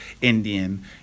Indian